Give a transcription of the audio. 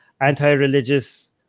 anti-religious